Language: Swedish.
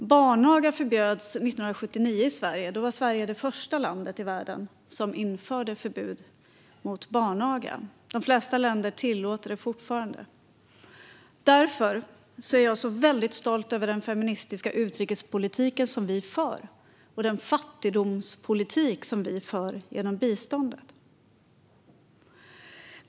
År 1979 förbjöds barnaga i Sverige. Sverige var det första landet i världen att förbjuda barnaga. Det flesta länder tillåter det fortfarande. Därför är jag så stolt över den feministiska utrikespolitik vi för och över den fattigdomspolitik vi för genom biståndet.